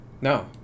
No